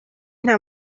nta